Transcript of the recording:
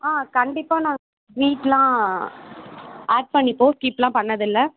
ஆ கண்டிப்பாக நாங்க ஸ்வீட்டுலாம் ஆட் பண்ணிப்போம் ஸ்கிப்லாம் பண்ணதில்லை